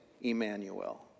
Emmanuel